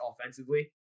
offensively